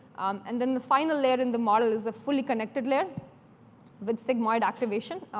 and then the final layer in the model is a fully-connected layer with sigmoid activation.